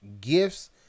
gifts